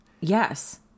Yes